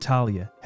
Talia